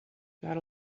got